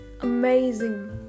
amazing